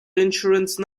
insurance